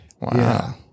wow